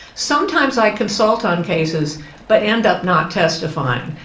sometimes i consult on cases but end up not testifying.